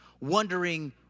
wondering